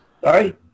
Sorry